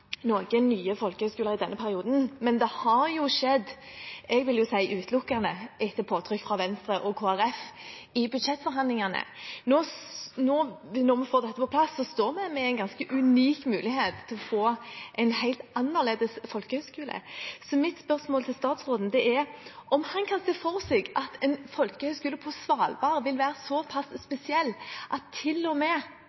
skjedd, vil jeg si, utelukkende etter påtrykk fra Venstre og Kristelig Folkeparti i budsjettforhandlingene. Når vi får dette på plass, står vi med en ganske unik mulighet til å få en helt annerledes folkehøyskole. Mitt spørsmål til statsråden er om han kan se for seg at en folkehøyskole på Svalbard vil være så pass